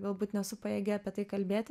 galbūt nesu pajėgi apie tai kalbėti